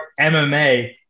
MMA